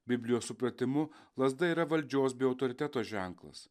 biblijos supratimu lazda yra valdžios be autoriteto ženklas